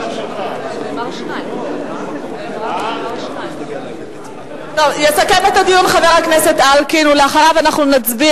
שאמור לסכם את הדיון מבחינתה של קדימה חבר כנסת שעדיין לא נמסר